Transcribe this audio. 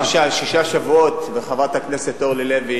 לפני כחמישה-שישה שבועות, חברת הכנסת אורלי לוי